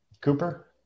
Cooper